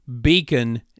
beacon